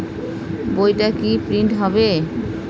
বইটা কি প্রিন্ট হবে?